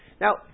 Now